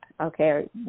Okay